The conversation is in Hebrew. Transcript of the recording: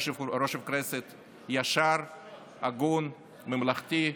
יושב-ראש כנסת ישר, הגון, ממלכתי.